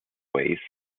way